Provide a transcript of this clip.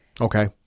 Okay